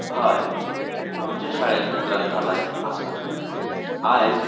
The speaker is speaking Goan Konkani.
हय आमचें शाळेंत ग्रंथालय आसा आयज